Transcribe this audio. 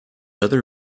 other